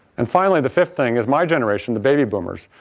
and finally, the fifth thing is my generation, the baby boomers.